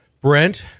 Brent